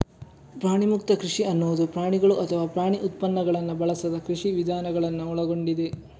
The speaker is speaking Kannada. ಪ್ರಾಣಿಮುಕ್ತ ಕೃಷಿ ಅನ್ನುದು ಪ್ರಾಣಿಗಳು ಅಥವಾ ಪ್ರಾಣಿ ಉತ್ಪನ್ನಗಳನ್ನ ಬಳಸದ ಕೃಷಿ ವಿಧಾನಗಳನ್ನ ಒಳಗೊಂಡಿದೆ